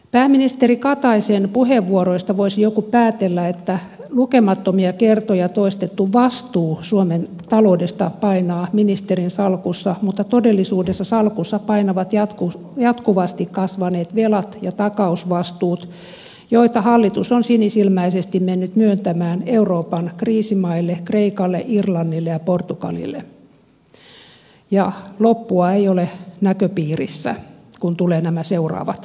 pääministeri kataisen puheenvuoroista voisi joku päätellä että lukemattomia kertoja toistettu vastuu suomen taloudesta painaa ministerin salkussa mutta todellisuudessa salkussa painavat jatkuvasti kasvaneet velat ja takausvastuut joita hallitus on sinisilmäisesti mennyt myöntämään euroopan kriisimaille kreikalle irlannille ja portugalille ja loppua ei ole näköpiirissä kun tulevat nämä seuraavat tukipaketit